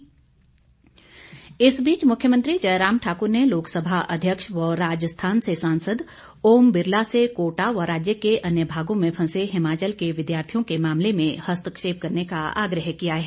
मुख्यमंत्री इस बीच मुख्यमंत्री जयराम ठाकुर ने लोकसभा अध्यक्ष व राजस्थान से सांसद ओम बिरला से कोटा व राज्य के अन्य भागों में फंसे हिमाचल के विद्यार्थियों के मामले में हस्तक्षेप करने का आग्रह किया है